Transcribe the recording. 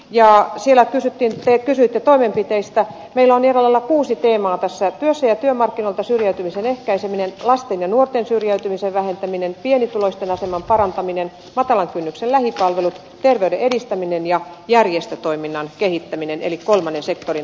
ja siellä pysyttiin te kysytte toimenpiteistä pellon erola kuusi teemaa tässä työssä ja työmarkkinoita syrjäytymisen ehkäiseminen lasten ja nuorten syrjäytymisen vähentäminen pienituloisten aseman parantaminen vakavan kynnyksen lähipalvelut terveyden edistäminen ja järjestötoiminnan kehittäminen eli kolmannen sektorin